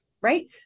right